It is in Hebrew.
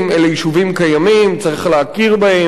אלה יישובים קיימים, צריך להכיר בהם.